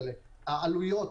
אבל כן